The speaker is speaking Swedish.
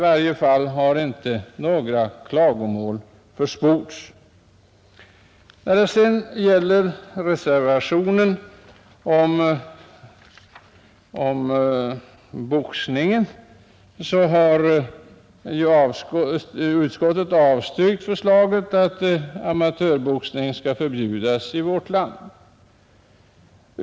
Vad sedan gäller boxningen så har utskottet avstyrkt förslaget om att amatörboxning skall förbjudas i vårt land.